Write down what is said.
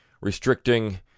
restricting